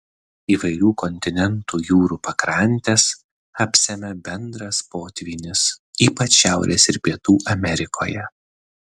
įvairių kontinentų jūrų pakrantes apsemia bendras potvynis ypač šiaurės ir pietų amerikoje